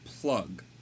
plug